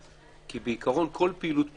כי בעיקרון כל פעילות פוליטית,